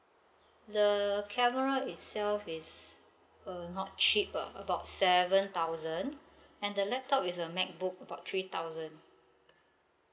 the camera itself is uh not cheap ah about seven thousand and the laptop is a macbook about three thousand